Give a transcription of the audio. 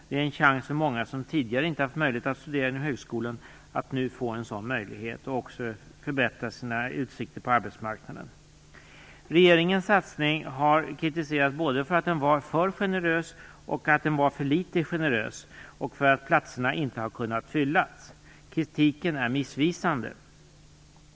Det är en chans för många som tidigare inte haft möjlighet att studera inom högskolan, att nu få en sådan möjlighet och även förbättra sina utsikter på arbetsmarknaden. Regeringens satsning har kritiserats både för att den är för generös och för att den är för litet generös samt för att platserna inte har kunnat fyllas. Kritiken är missvisande.